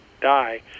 die